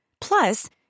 Plus